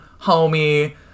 homie